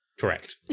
Correct